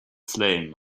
flame